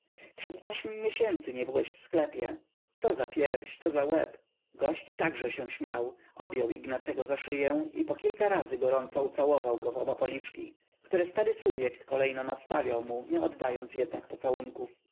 przez ośm miesięcy nie był w sklepie co za pierś co za łeb gość także się śmiał objął ignacego za szyję i po kilka razy gorąco ucałował go w oba policzki które stary subjekt kolejno nadstawiał mu nie oddając jednak pocałunków